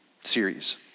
series